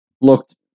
looked